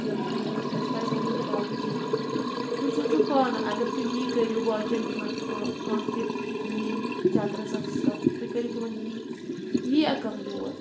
یہِ أمِس پَزِ ہا نہٕ یہِ کَرُن کیٚنٛہہ تُہۍ سوٗنٛچُو پانہٕ اگر تُہۍ یی کٔرِو باقِیَن یِمَن کانٛہہ تہِ یی چکرس آسٮ۪س گَژھُن تُہۍ کٔرِو تِمَن یی ییٖیاہ کانٛہہ یور